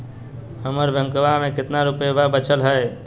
हमर बैंकवा में कितना रूपयवा बचल हई?